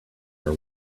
are